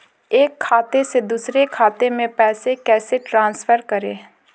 एक खाते से दूसरे खाते में पैसे कैसे ट्रांसफर करें?